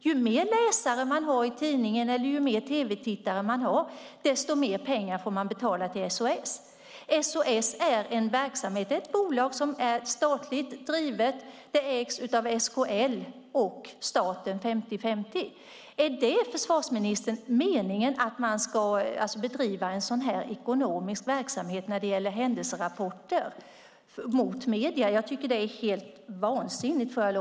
Ju fler läsare man har eller ju fler tv-tittare man har desto mer pengar får man betala till SOS Alarm. SOS Alarm är ett bolag som är statligt drivet. Det ägs av SKL och staten med fördelningen 50-50. Är det, försvarsministern, meningen att man ska bedriva en sådan här ekonomisk verksamhet mot medierna när det gäller händelserapporter? Jag tycker att det är helt vansinnigt.